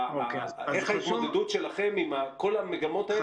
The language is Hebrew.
איך ההתמודדות שלכם עם כל המגמות האלה